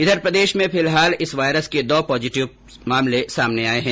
इधर प्रदेश में फिलहाल इस वायरस के दो पॉजीटिव सामने आये हैं